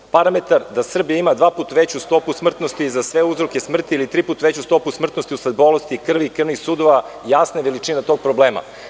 Parametar da Srbija ima dva puta veću stopu smrtnosti za sve uzroke smrti ili tri put veću stopu smrtnosti usled bolesti krvi i krvnih sudova jasna je veličina tog problema.